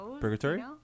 Purgatory